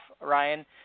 Ryan